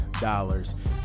dollars